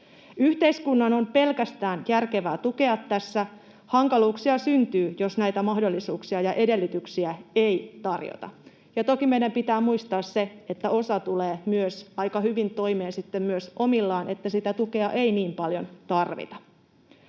Yhteiskunnan on pelkästään järkevää tukea tässä. Hankaluuksia syntyy, jos näitä mahdollisuuksia ja edellytyksiä ei tarjota. Ja toki meidän pitää muistaa se, että osa tulee aika hyvin toimeen myös omillaan, niin että sitä tukea ei niin paljon tarvita.